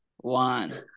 One